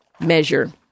measure